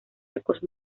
arcos